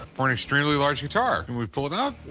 for an extremely large guitar. can we pull it out?